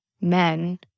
men